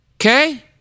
Okay